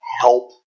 help